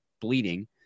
bleeding